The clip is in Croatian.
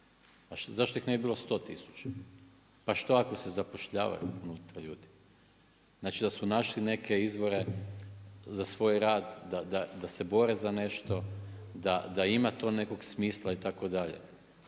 ne. Zašto ih ne bi bilo 100000? Pa što ako se zapošljavaju unutra ljudi? Znači da su našli neke izvore za svoj rad, da se bore za nešto, da ma to nekog smisla itd.